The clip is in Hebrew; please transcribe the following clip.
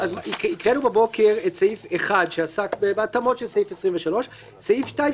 הקראנו בבוקר את סעיף 1 שעסק בהתאמות של סעיף 23. סעיף 2,